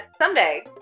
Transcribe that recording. someday